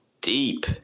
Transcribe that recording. deep